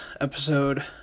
episode